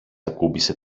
ακούμπησε